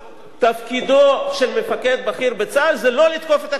תפקידו של מפקד בכיר בצה"ל זה לא לתקוף את הקונגרס.